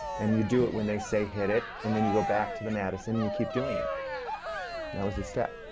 and you do it when they say, hit it, and then you go back to the madison, and you keep doing it. and that was the step.